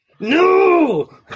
No